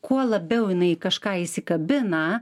kuo labiau jinai kažką įsikabina